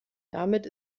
damit